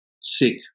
sick